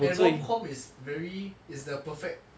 and rom com is very is the perfect